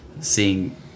Seeing